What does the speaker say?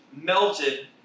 melted